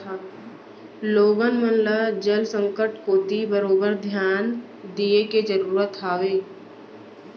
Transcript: लोगन मन ल जल संकट कोती बरोबर धियान दिये के जरूरत हावय